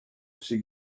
she